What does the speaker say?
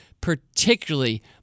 particularly